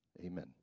amen